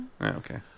Okay